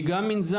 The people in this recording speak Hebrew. היא גם מנזר,